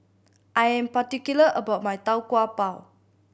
I am particular about my Tau Kwa Pau